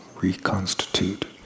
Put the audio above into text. reconstitute